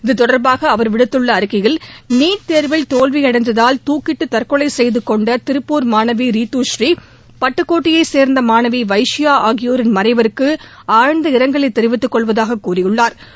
இதுதொடர்பாக அவர் விடுத்துள்ள அறிக்கையில் நீட் தேர்வில் தோல்வியடைந்ததால் துக்கிட்டு தற்கொலை செய்துகொண்ட திருப்பூர் மாணவி ரிதூஸ்ரீ பட்டுக்கோட்டையைச் சேர்ந்த மாணவி வைஷியா ஆகியோரின் மறைவுக்கு ஆழ்ந்த இரங்கலை தெரிவித்து கொள்வதாக கூறியுள்ளா்